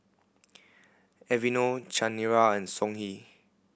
Aveeno Chanira and Songhe